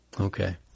Okay